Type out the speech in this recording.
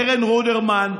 קרן רודרמן,